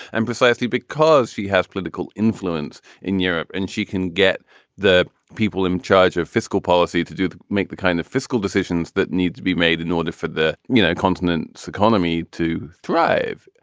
and precisely because she has political influence in europe and she can get the people in charge of fiscal policy to do make the kind of fiscal decisions that need to be made in order for the you know continent's economy to thrive.